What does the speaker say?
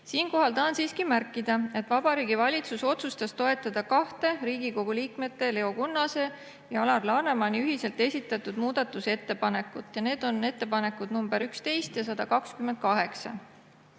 Siinkohal tahan siiski märkida, et Vabariigi Valitsus otsustas toetada kahte Riigikogu liikmete Leo Kunnase ja Alar Lanemani ühiselt esitatud muudatusettepanekut, need on ettepanekud nr 11 ja nr 128.